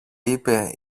είπε